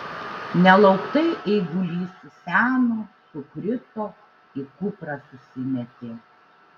nelauktai eigulys suseno sukrito į kuprą susimetė